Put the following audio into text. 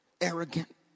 arrogant